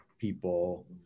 people